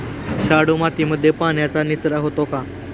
शाडू मातीमध्ये पाण्याचा निचरा होतो का?